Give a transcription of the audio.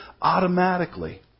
automatically